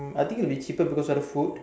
I think it would be cheaper because of the food